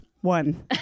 One